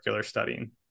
studying